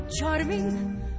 charming